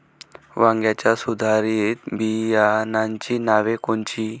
वांग्याच्या सुधारित बियाणांची नावे कोनची?